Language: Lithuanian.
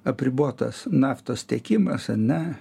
apribotas naftos tekimas ane